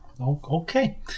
Okay